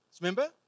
Remember